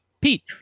Pete